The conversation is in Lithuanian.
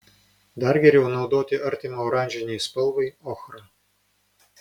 dar geriau naudoti artimą oranžinei spalvą ochrą